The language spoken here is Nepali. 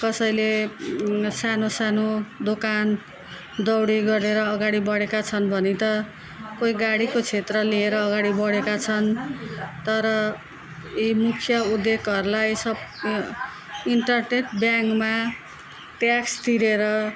कसैले सानो सानो दोकान दौडी गरेर अगाडि बढेका छन् भने त कोही गाडीको क्षेत्र लिएर अगाडि बढेका छन् तर यी मुख्य उद्योगहरूलाई सब इन्टारटेट ब्याङ्कमा ट्याक्स तिरेर